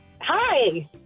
Hi